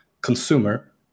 consumer